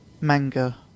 manga